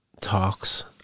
talks